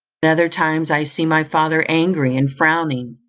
at other times i see my father angry and frowning,